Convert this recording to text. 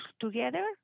together